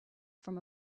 from